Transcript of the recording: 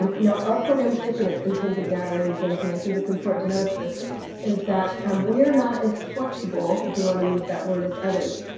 um now, our program is different in terms of natalie and jim's. and i think it's important to notice this is that um we are not as flexible, if you want to use that word, as others.